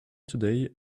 today